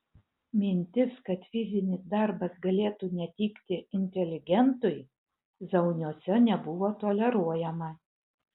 mintis kad fizinis darbas galėtų netikti inteligentui zauniuose nebuvo toleruojama